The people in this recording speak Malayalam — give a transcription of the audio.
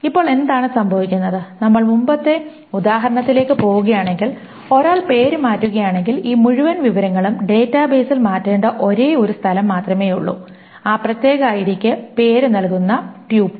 ഇപ്പോൾ എന്താണ് സംഭവിക്കുന്നത് നമ്മൾ മുമ്പത്തെ ഉദാഹരണത്തിലേക്ക് പോകുകയാണെങ്കിൽ ഒരാൾ പേര് മാറ്റുകയാണെങ്കിൽ ഈ മുഴുവൻ വിവരങ്ങളും ഡാറ്റാബേസിൽ മാറ്റേണ്ട ഒരേയൊരു സ്ഥലം മാത്രമേയുള്ളൂ ആ പ്രത്യേക ഐഡിക്ക് പേരുനൽകുന്ന ട്യൂപ്പിൾ